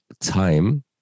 time